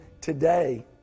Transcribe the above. today